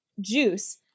juice